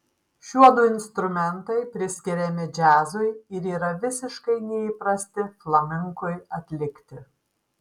šiuodu instrumentai priskiriami džiazui ir yra visiškai neįprasti flamenkui atlikti